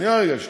שנייה רגע.